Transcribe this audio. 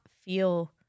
feel